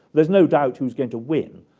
there's no doubt who's going to win.